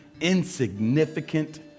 insignificant